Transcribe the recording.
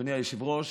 אדוני היושב-ראש,